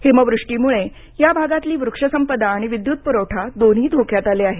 हिमवृष्टीमुळे या भागातली वृक्षसंपदा आणि विद्युतपुरवठा दोन्ही धोक्यात आले आहेत